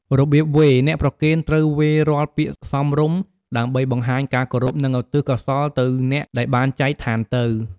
របៀបវេរ អ្នកប្រគេនត្រូវវេររាល់ពាក្យសមរម្យ ដើម្បីបង្ហាញការគោរព និងឧទ្ទិសកោសលទៅអ្នកដែលបានចែកឋានទៅ។